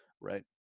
right